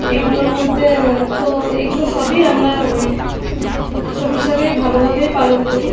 এগুলোর মধ্যে তো এগুলো সবই আমরা ওই উৎসব হিসাবেই ভালোভাবেই পালন করি